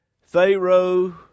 Pharaoh